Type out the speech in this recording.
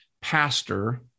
pastor